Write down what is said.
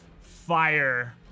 fire